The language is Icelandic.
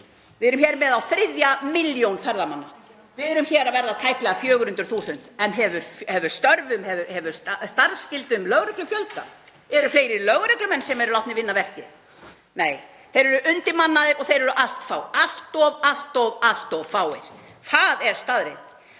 Við erum hér með á þriðju milljón ferðamanna. Við erum hér að verða tæplega 400.000. En hefur starfsgildum lögreglu fjölgað? Eru fleiri lögreglumenn sem eru látnir vinna verkin? Nei, þeir eru undirmannaðir og þeir eru allt of, allt of fáir. Það er staðreynd.